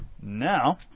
Now